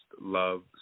love